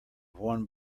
one